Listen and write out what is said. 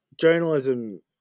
journalism